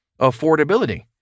affordability